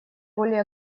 более